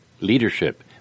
leadership